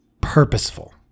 purposeful